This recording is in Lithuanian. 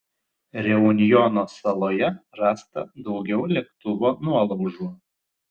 reunjono saloje rasta daugiau lėktuvo nuolaužų